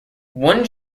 one